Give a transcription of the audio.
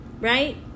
right